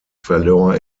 verlor